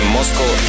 Moscow